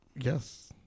Yes